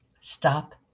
stop